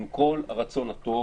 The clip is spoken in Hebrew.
עם כל הרצון הטוב,